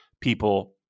people